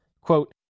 Quote